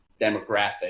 demographic